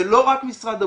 זה לא רק משרד הבריאות.